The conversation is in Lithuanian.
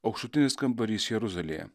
aukštutinis kambarys jeruzalėje